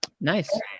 nice